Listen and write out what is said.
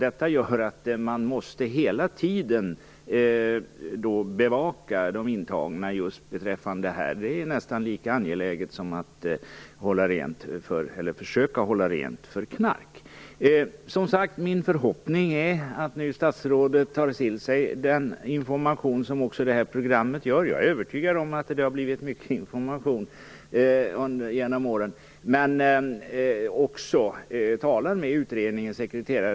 Detta gör att man hela tiden måste bevaka de intagna just beträffande detta. Det är nästan lika angeläget som att försöka hålla rent från knark. Min förhoppning är, som sagt var, att statsrådet nu tar till sig den information som också detta TV program gav - jag är övertygad om att det har blivit mycket information genom åren.